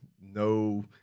No